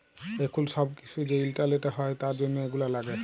এখুল সব কিসু যে ইন্টারলেটে হ্যয় তার জনহ এগুলা লাগে